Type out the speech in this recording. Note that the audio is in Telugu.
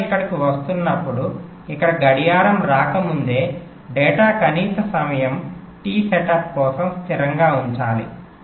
డేటా ఇక్కడకు వస్తున్నప్పుడు ఇక్కడ గడియారం రాకముందే డేటా కనీస సమయం టి సెటప్ కోసం స్థిరంగా ఉంచాలి